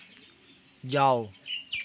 जाओ